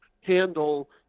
handle